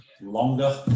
longer